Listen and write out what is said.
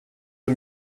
aux